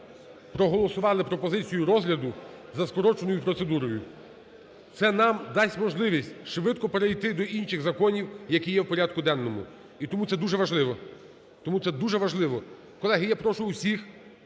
проголосували пропозицію розгляду за скороченою процедурою. Це нам дасть можливість швидко перейти до інших законів, які є в порядку денному, і тому це дуже важливо, тому це